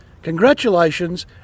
Congratulations